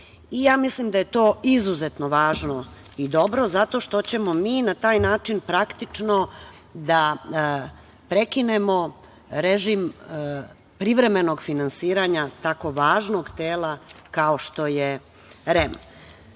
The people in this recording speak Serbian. Ja mislim da je to izuzetno važno i dobro, zato što ćemo mi na taj način praktično da prekinemo režim privremenog finansiranja tako važnog tela kao što je